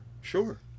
sure